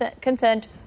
consent